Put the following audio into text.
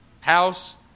House